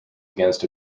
against